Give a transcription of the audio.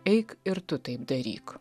eik ir tu taip daryk